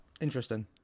interesting